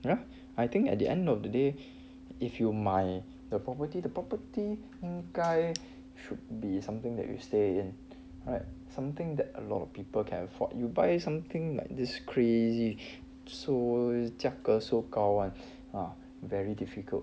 ya I think at the end of the day if you 买 the property the property 应该 should be something that you stay in right something that a lot of people can afford you buy something like this crazy so 价格 so 高 [one] ya very difficult